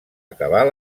acabar